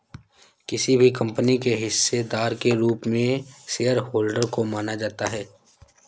किसी भी कम्पनी के हिस्सेदार के रूप में शेयरहोल्डर को माना जाता है